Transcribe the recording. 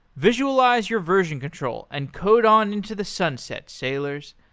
visualize your version control and code on into the sunset sailors.